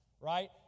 right